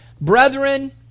brethren